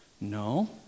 No